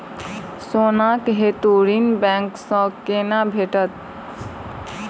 सोनाक हेतु ऋण बैंक सँ केना भेटत?